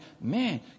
man